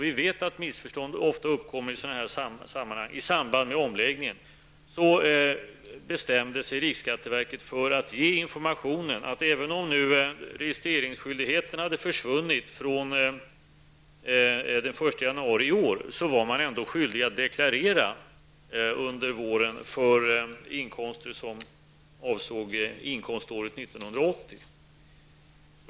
Vi vet att missförstånd ofta uppkommer i samband med sådana här omläggningar, och för att undvika missförstånd i detta fall bestämde sig riksskatteverket för att ge informationen, att även om registreringsskyldigheten hade försvunnit från den 1 januari i år, så var man ändå skyldig att deklarera under våren för inkomster som avsåg inkomståret 1990.